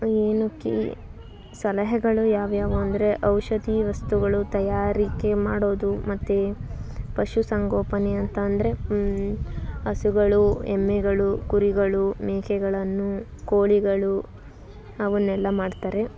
ಏನೋ ಕಿ ಸಲಹೆಗಳು ಯಾವ್ಯಾವು ಅಂದರೆ ಔಷಧಿ ವಸ್ತುಗಳು ತಯಾರಿಕೆ ಮಾಡೋದು ಮತ್ತೆ ಪಶು ಸಂಗೋಪನೆ ಅಂತ ಅಂದರೆ ಹಸುಗಳು ಎಮ್ಮೆಗಳು ಕುರಿಗಳು ಮೇಕೆಗಳನ್ನು ಕೋಳಿಗಳು ಅವನ್ನೆಲ್ಲ ಮಾಡ್ತಾರೆ